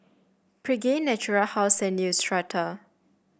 Pregain Natura House and Neostrata